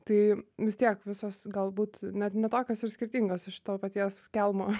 tai vis tiek visos galbūt net ne tokios ir skirtingos iš to paties kelmo